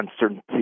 uncertainty